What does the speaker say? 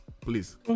Please